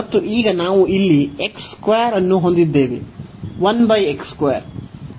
ಮತ್ತು ಈಗ ನಾವು ಇಲ್ಲಿ ಅನ್ನು ಹೊಂದಿದ್ದೇವೆ